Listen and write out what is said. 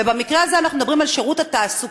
ובמקרה הזה אנחנו מדברים על שירות התעסוקה,